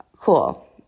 cool